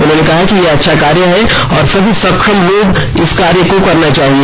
उन्होंने कहा कि यह अच्छा कार्य है और सभी सक्षम लोगों को यह कार्य करना चाहिए